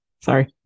sorry